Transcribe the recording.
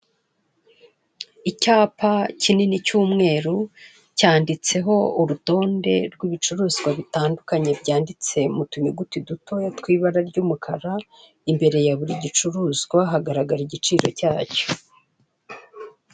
Icyapa kinini cy'umweru cyanditseho urutonde rw'ibicuruzwa bitandukanye byanditse mu tunyuguti dutoya mu ibara ry'umukara. Imbere ya buri gicuruzwa hari igiciro cyacyo